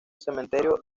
cementerio